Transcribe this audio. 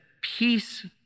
peace